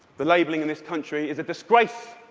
the labeling in this country is a disgrace.